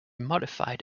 modified